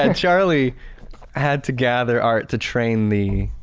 and charlie had to gather art to train the